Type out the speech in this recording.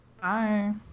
Bye